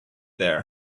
there